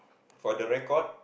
for the record